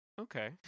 Okay